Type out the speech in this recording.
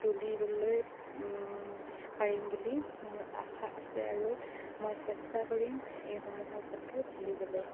তুলিবলৈ পাৰিম বুলি মোৰ আশা আছে আৰু মই চেষ্টা কৰিম এইসমূহৰ ফটো তুলিবলৈ